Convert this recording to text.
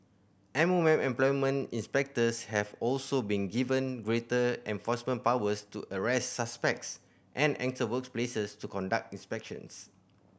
M O M employment inspectors have also been given greater enforcement powers to arrest suspects and enter workplaces to conduct inspections